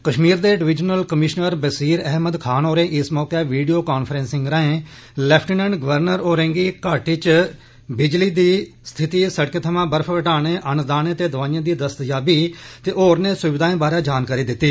कश्मीर दे divisional commissioner Baseer Ahmad Khan होरें इस मौके विडियो कांफ्रेंसिंग राए लेफ्टिनेंट गवर्नर होरे गी घाटी च बिजली बहाली दी स्थिति सड़कें थवां बर्फ हटाने अन्नदाने ते दुवाइएं दी दस्तयाबी ते होरनें सुविधाएं बारै जानकारी दित्ती